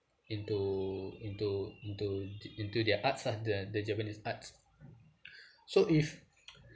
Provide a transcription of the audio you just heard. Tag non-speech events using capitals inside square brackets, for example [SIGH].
into into into into their arts lah the the japanese arts [NOISE] so if